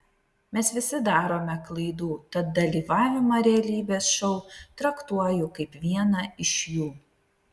mes visi darome klaidų tad dalyvavimą realybės šou traktuoju kaip vieną iš jų